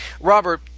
Robert